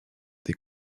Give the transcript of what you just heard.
des